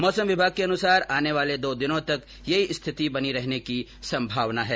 मौसम विभाग के अनुसार आने वाले दो दिनों तक यही स्थिति बनी रहने की संभावना है